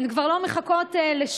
הן כבר לא מחכות לשובם,